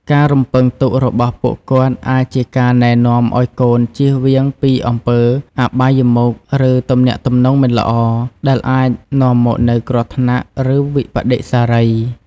ការរំពឹងទុករបស់ពួកគាត់អាចជាការណែនាំឲ្យកូនចៀសវាងពីអំពើអបាយមុខ ឬទំនាក់ទំនងមិនល្អ ដែលអាចនាំមកនូវគ្រោះថ្នាក់ ឬវិប្បដិសារី។